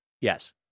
Yes